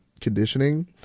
conditioning